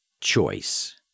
choice